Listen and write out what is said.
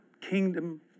kingdom